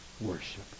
worship